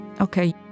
okay